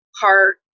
heart